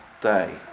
day